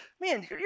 man